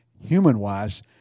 human-wise